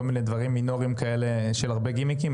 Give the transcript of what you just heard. כל מיני דברים מינוריים כאלה של הרבה גימיקים?